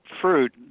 fruit